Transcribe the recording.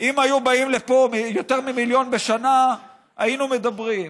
אם היו באים לפה יותר ממיליון בשנה, היינו מדברים.